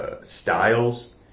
Styles